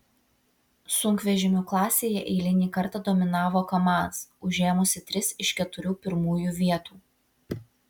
sunkvežimių klasėje eilinį kartą dominavo kamaz užėmusi tris iš keturių pirmųjų vietų